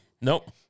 Nope